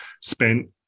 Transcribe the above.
spent